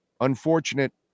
unfortunate